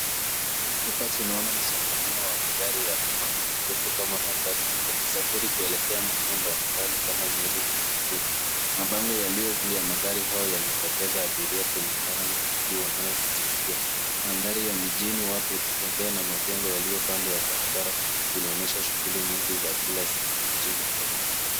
Hapa tunaona msongamano wa magari ya umaa maarufu kama matatu yakisafiri kuelekea maeneo mbalimbali kama Nyeri na Nakuru. Mabango yaliyo juu ya magari hayo yanaelekeza abiria kulingana na miji wanayokusudia. Mandhari ya mijini watu wakitembea na majengo yaliyo kando ya barabara vinaonyesha shughuli nyingi za kila siku mjini Kenya.